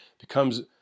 becomes